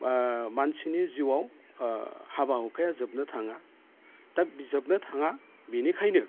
मानसिनि जिउआव हाबा हुखाया जोबनो थाङा दा बे जोबनो थाङा बेनिखायनो